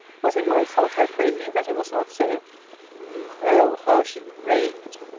was it my fault, i pray you, that it was not so o how she raved!